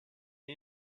est